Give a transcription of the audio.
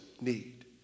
need